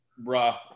bruh